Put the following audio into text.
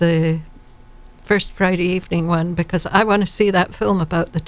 the first friday evening one because i want to see that film about the